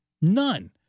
None